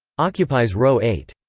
occupies row eight.